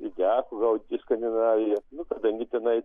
lydekų gaudyt į skandinaviją nu kadangi tenai